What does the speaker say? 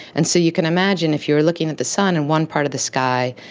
and so you can imagine if you're looking at the sun in one part of the sky,